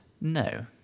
no